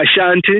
Ashanti